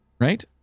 right